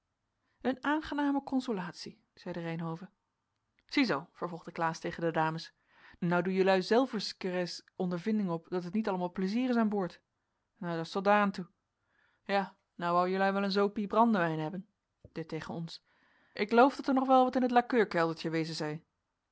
een aangename consolatie zeide reynhove ziezoo vervolgde klaas tegen de dames nou doe jelui zelvers k ereis ondervinding op dat het niet allemaal pleizier is aan boord nou dat's tot daaraantoe ja nou wou jelui wel een zoopie brandewijn hebben dit tegen ons ik loof dat er nog wel wat in t